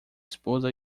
esposa